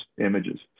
images